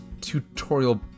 tutorial